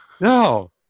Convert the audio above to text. No